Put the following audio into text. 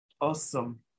Awesome